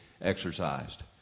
exercised